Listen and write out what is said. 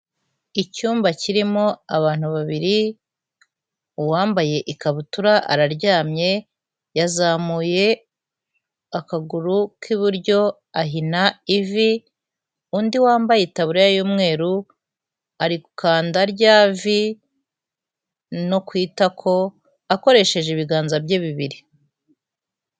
Icyumba kirimo abantu babiri, uwambaye ikabutura araryamye, yazamuye akaguru k'iburyo ahina ivi, undi wambaye itaburiya y'umweru ari gukanda rya vi no ku itako, akoresheje ibiganza bye bibiri.